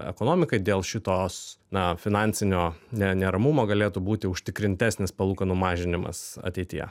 ekonomikai dėl šitos na finansinio ne neramumo galėtų būti užtikrintesnis palūkanų mažinimas ateityje